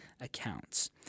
accounts